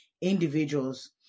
Individuals